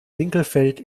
winkelfeld